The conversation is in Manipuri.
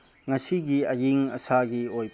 ꯉꯁꯤꯒꯤ ꯑꯌꯤꯡ ꯑꯁꯥꯒꯤ ꯑꯣꯏ